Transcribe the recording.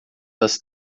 das